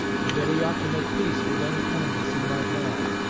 and that he ought to make peace with any enemies he might have.